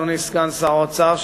אדוני סגן שר האוצר,